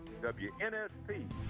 wnsp